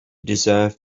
deserved